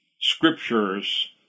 scriptures